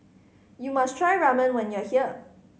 you must try Ramen when you are here